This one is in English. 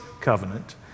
covenant